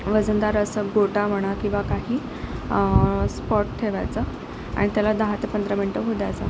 वजनदार असं गोटा म्हणा किंवा काही स्पॉट ठेवायचा आणि त्याला दहा ते पंधरा मिनटं होऊ द्यायचं